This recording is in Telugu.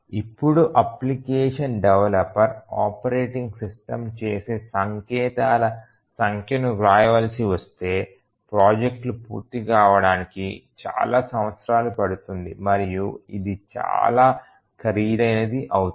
ఇప్పుడు అప్లికేషన్ డెవలపర్ ఆపరేటింగ్ సిస్టమ్ చేసే సంకేతాల సంఖ్యను వ్రాయవలసి వస్తే ప్రాజెక్టులు పూర్తి కావడానికి చాలా సంవత్సరాలు పడుతుంది మరియు ఇది చాలా ఖరీదైనది అవుతుంది